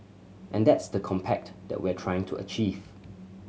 and that's the compact that we're trying to achieve